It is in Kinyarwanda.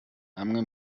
amwe